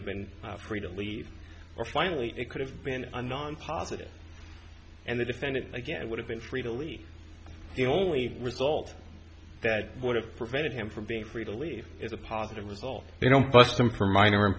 have been free to leave or finally it could have been a non positive and the defendant again would have been free to leave the only result that would have prevented him from being free to leave is a positive result they don't bust him for minor i